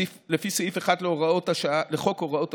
לפי סעיף 1 לחוק הוראת השעה,